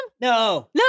No